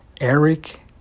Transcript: eric